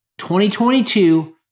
2022